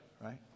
Right